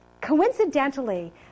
coincidentally